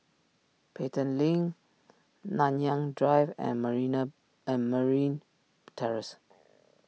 Pelton Link Nanyang Drive and marina and Marine Terrace